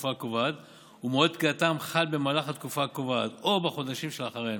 התקופה הקובעת ומועד פקיעתן חל במהלך התקופה הקובעת או בחודשים שלאחריהם.